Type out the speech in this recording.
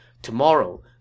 Tomorrow